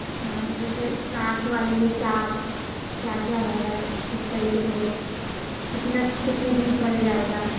یہاں اِدھر سے چار سو والے میں کیا کیا کیا رہے گا کس طریقے سے کتنا کتنے دِن چل جائے گا